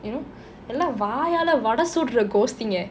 you know எல்லாம் வாயாலே வடை சுடுற கோஷ்டிங்க:ellam vaayaale vadai sudura goshtinga